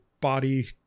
body